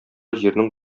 җирнең